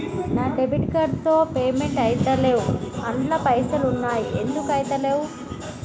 నా debit card తో payment ఐతలేవ్ అండ్ల పైసల్ ఉన్నయి ఎందుకు ఐతలేవ్?